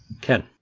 Ken